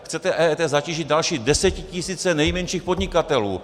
Chcete EET zatížit další desetitisíce nejmenších podnikatelů.